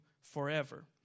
forever